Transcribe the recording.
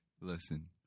Listen